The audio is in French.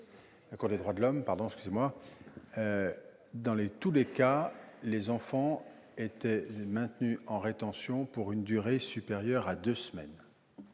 droits de l'homme, les enfants étaient maintenus en rétention pour une durée supérieure à 2 semaines.